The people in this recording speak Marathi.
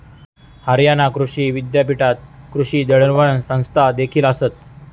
हरियाणा कृषी विद्यापीठात कृषी दळणवळण संस्थादेखील आसत